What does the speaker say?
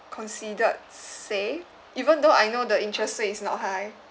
considered safe even though I know the interest rate is not high